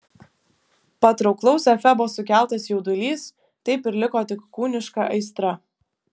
patrauklaus efebo sukeltas jaudulys taip ir liko tik kūniška aistra